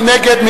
מי נגד?